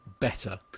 better